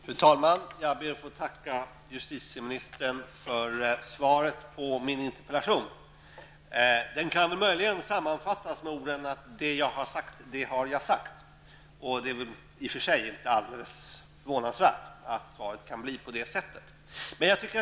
Fru talman! Jag ber att få tacka justitieministern för svaret på min interpellation. Svaret kan möjligen sammanfattas med orden ''det jag har sagt, har jag sagt''. Det är i och för sig inte förvånansvärt att svaret har blivit sådant.